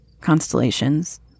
Constellations